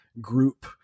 group